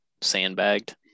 sandbagged